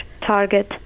target